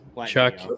Chuck